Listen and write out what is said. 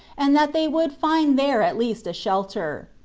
and that they would find there at least a shelter.